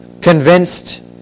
convinced